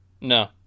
No